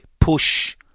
push